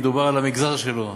מדובר על המגזר שלו,